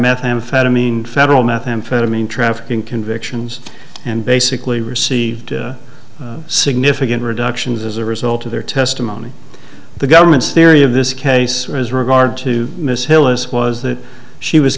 methamphetamine federal methamphetamine trafficking convictions and basically received significant reductions as a result of their testimony the government's theory of this case as regard to miss hillis was that she was